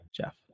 Jeff